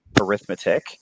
arithmetic